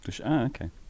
Okay